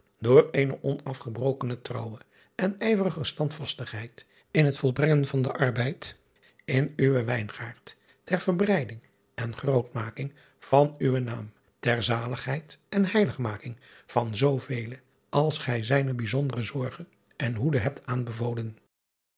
door eene onafgebrokene trouwe en ijverige standvastigheid in het volbrengen driaan oosjes zn et leven van illegonda uisman van den arbeid in uwen wijngaard ter verbreiding en grootmaking van uwen naam ter zaligheid en heiligmaking van zoovele als gij zijner bijzondere zorge en hoede hebt aanbevolen